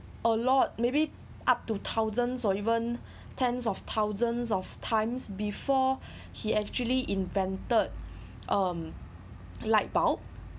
a lot maybe up to thousands or even tens of thousands of times before he actually invented um light bulb